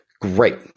Great